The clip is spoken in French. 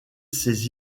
ses